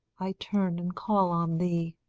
i turn and call on thee.